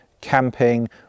camping